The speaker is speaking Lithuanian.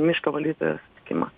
miško valdytojo sutikimą